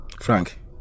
Frank